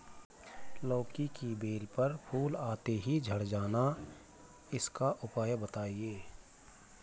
लौकी की बेल पर फूल आते ही झड़ जाना इसका उपाय बताएं?